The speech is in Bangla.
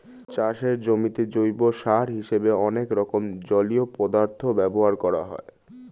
চাষের জমিতে জৈব সার হিসেবে অনেক রকম জলীয় পদার্থ ব্যবহার করা হয়